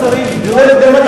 כל השרים, בוודאי.